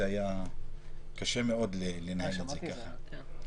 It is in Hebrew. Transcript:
והיה קשה מאוד לנהל את זה כך.